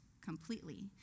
completely